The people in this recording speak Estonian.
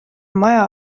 maja